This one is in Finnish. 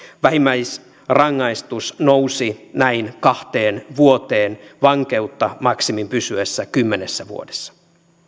vähimmäisrangaistus nousi näin kahteen vuoteen vankeutta maksimin pysyessä kymmenessä vuodessa